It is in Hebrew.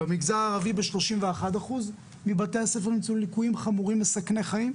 במגזר הערבי ב-31% מבתי הספר נמצאו ליקויים חמורים מסכני חיים,